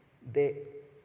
de